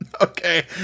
Okay